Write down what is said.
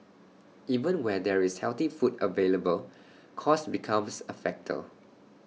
even where there is healthy food available cost becomes A factor